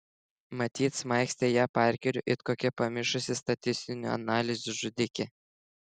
matyt smaigstė ją parkeriu it kokia pamišusi statistinių analizių žudikė